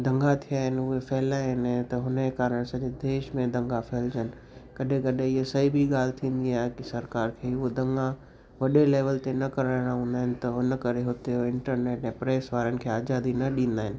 दंगा थिया आहिनि उहे फैलाइनि त हुन कारण सॼे देश में दंगा फैलजनि कॾहिं कॾहिं इहा सही बि ॻाल्हि थींदी आहे के सरकार खे उहे दंगा वॾे लेविल ते न कराइणा हूंदा आहिनि त हुन करे हुते इंटरनेट या प्रेस वारनि खे आज़ादी न ॾींदा आहिनि